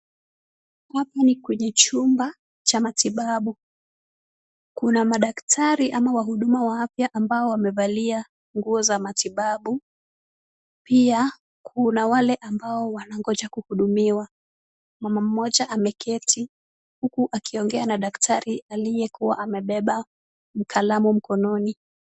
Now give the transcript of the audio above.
Hapa ni kwenye chumba cha matibabu. Kuna madaktari ama wahuduma wa afya ambao wamevalia nguo za matibabu. Pia kuna wale ambao wanangoja kuhudumiwa. Mama mmoja ameketi huku akiongea na daktari aliyekuwa amebeba kalamu mkononi.